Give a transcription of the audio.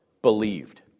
believed